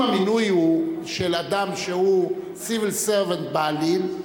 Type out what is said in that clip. אם המינוי הוא של אדם שהוא civil servant בעליל,